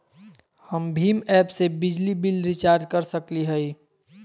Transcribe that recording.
हम भीम ऐप से बिजली बिल रिचार्ज कर सकली हई?